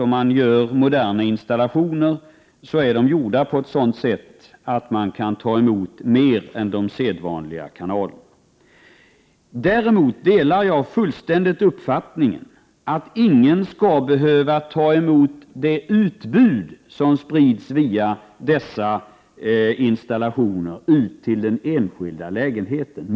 Moderna installationer är gjorda på ett sådant sätt att det är mer än de sedvanliga kanalerna som kan tas emot. Jag delar fullständigt uppfattningen att ingen mot sin vilja skall behöva ta I emot det utbud som via dessa installationer sprids ut till enskilda lägenheter.